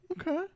Okay